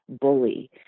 bully